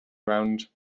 around